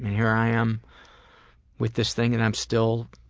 here i am with this thing and i'm still